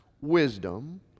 wisdom